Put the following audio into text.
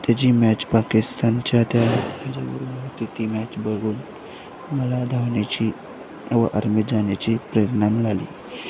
त्याची मॅच पाकिस्तानच्या त्या मॅच बघून मला धावण्याची व आर्मीत जाण्याची प्रेरणा मिळाली